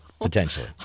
potentially